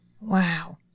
wow